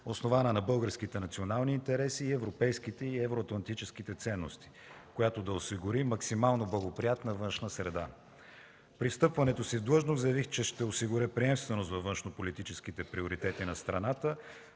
основана на българските национални интереси, европейските и евроатлантическите ценности, която да осигури максимално благоприятна външна среда. При встъпването си в длъжност заявих, че ще осигуря приемственост във външнополитическите приоритети на страната,